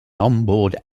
onboard